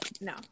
no